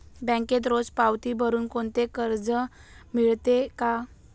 बँकेत रोज पावती भरुन कोणते कर्ज मिळते का?